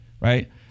right